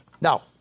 Now